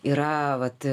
yra vat